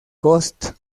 coast